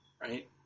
Right